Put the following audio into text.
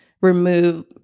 remove